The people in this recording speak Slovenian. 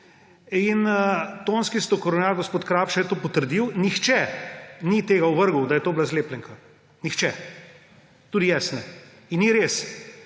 tonski strokovnjak, gospod Krapša, je to potrdil. Nihče ni tega ovrgel, da je to bila zlepljenka. Nihče, tudi jaz ne. In ni res,